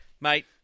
Mate